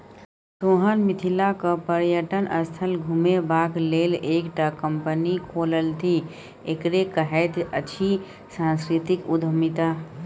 सोहन मिथिलाक पर्यटन स्थल घुमेबाक लेल एकटा कंपनी खोललथि एकरे कहैत अछि सांस्कृतिक उद्यमिता